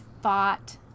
thought